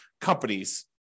companies